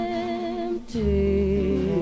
empty